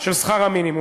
שכר המינימום.